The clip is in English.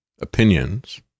opinions